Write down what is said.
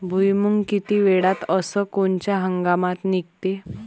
भुईमुंग किती वेळात अस कोनच्या हंगामात निगते?